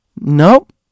Nope